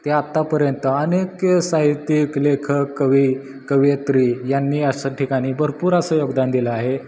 ते आत्तापर्यंत अनेक साहित्यिक लेखक कवी कवयित्री यांनी अशा ठिकाणी भरपूर असं योगदान दिलं आहे